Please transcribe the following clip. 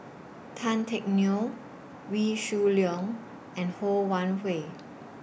Tan Teck Neo Wee Shoo Leong and Ho Wan Hui